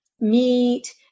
meat